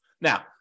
Now